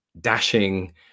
dashing